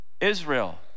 Israel